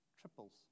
triples